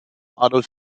adolf